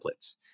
templates